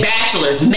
Bachelor's